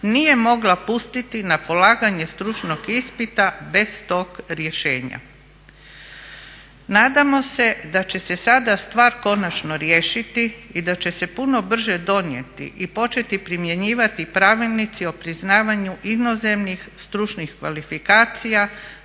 nije mogla pustiti na polaganje stručnog ispita bez tog rješenja. Nadamo se da će se sada stvar konačno riješiti i da će se puno brže donijeti i početi primjenjivati pravilnici o priznavanju inozemnih stručnih kvalifikacija